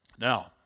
Now